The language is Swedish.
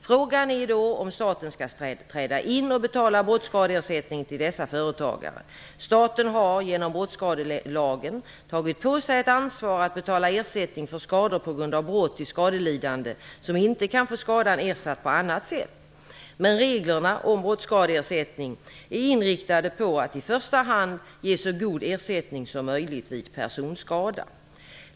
Frågan är då om staten skall träda in och betala brottsskadeersättning till dessa företagare. Staten har genom brottsskadelagen tagit på sig ett ansvar att betala ersättning för skador på grund av brott till skadelidande som inte kan få skadan ersatt på annat sätt. Men reglerna om brottsskadeersättning är inriktade på att i första hand ge så god ersättning som möjligt vid personskada.